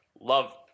Love